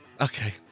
Okay